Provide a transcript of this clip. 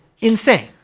Insane